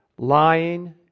Lying